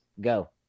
Go